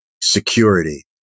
Security